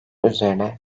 üzerine